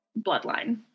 bloodline